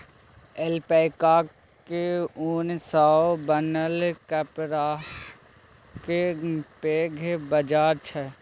ऐल्पैकाक ऊन सँ बनल कपड़ाक पैघ बाजार छै